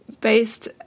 based